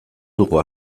dugu